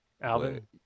Alvin